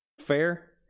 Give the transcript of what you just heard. fair